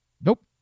Nope